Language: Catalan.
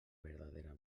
verdadera